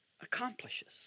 accomplishes